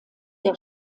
der